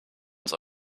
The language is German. uns